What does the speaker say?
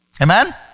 Amen